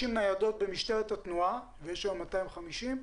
שיהיו 450 ניידות במשטרת התנועה, ויש היום 250,